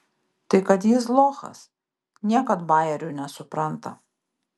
tai kad jis lochas niekad bajerių nesupranta